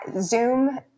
Zoom